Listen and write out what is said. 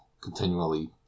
continually